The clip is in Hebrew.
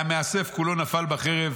והמאסף כולו נפל בחרב